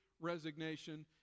resignation